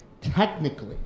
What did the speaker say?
Technically